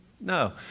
No